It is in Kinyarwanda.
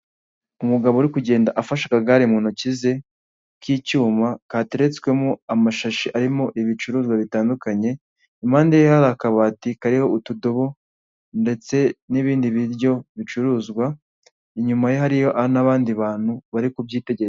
Umugabo uri kugenda afashe akagare mu ntoki ze k'icyuma kateretswemo amashashi arimo ibicuruzwa bitandukanye, impande ye hari akabati kariho utudobo ndetse n'ibindi biryo bicuruzwa, inyuma ye hariyo n'abandi bantu bari kubyitegereza.